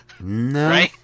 no